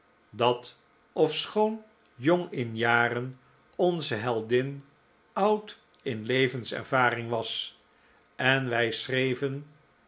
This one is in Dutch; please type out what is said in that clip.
dat ofschoon jong in jaren onze heldin oud in levenservaring was en wij schreven